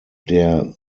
der